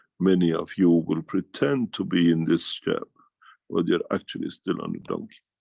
many of you will pretend to be in this step but you're actually still on the donkey.